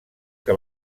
que